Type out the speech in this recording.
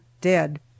dead